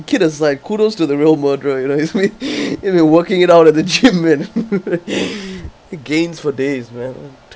the kid is like kudos to the real murderer you know actually he's been working it out at the gym man gains for days man